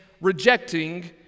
rejecting